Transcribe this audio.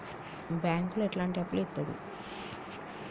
బ్యాంకులు ఎట్లాంటి అప్పులు ఇత్తది?